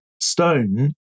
stone